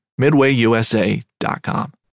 MidwayUSA.com